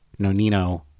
Nonino